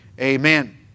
amen